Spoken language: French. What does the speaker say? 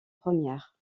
première